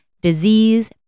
Disease